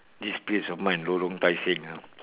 this place of mine lorong tai seng ah